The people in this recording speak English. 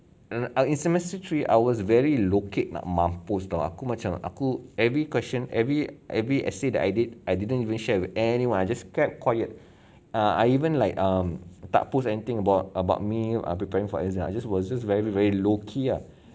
um ah in semester three I was very low key nak mampus [tau] aku macam aku every question every every essay that I did I didn't really share with anyone I just kept quiet uh I even like um tak post anything about about me are preparing for exams I just was just very very low key ah